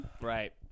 right